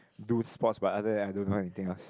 do sports but other that I don't know anything else